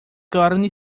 carne